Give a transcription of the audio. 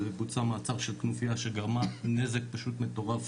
ובוצע מעצר של כנופייה שגרמה נזק פשוט מטורף